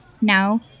Now